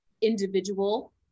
individual